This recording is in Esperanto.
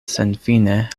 senfine